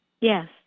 Yes